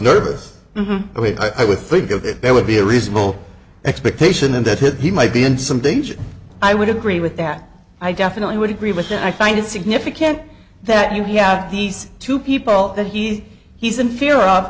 nervous i mean i would think of it there would be a reasonable expectation that he might be in some danger i would agree with that i definitely would agree with that i find it significant that you have these two people that he he's in fear o